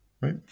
Right